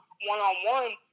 one-on-one